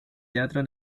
teatro